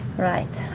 right.